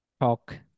talk